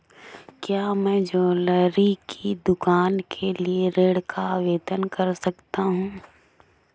क्या मैं ज्वैलरी की दुकान के लिए ऋण का आवेदन कर सकता हूँ?